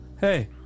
Hey